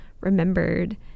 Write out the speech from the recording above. remembered